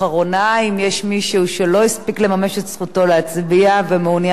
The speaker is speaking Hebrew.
אם יש מישהו שלא הספיק לממש את זכותו להצביע ומעוניין להצביע,